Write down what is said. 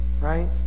right